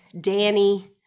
Danny